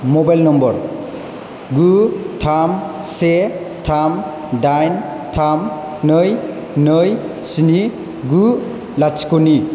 mobile number गु थाम से थाम डाइन थाम नै नै स्नि गु लाथिख'नि